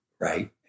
right